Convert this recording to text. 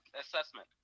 assessment